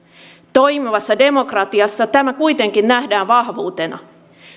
toimivassa demokratiassa tämä kuitenkin nähdään vahvuutena